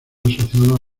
asociados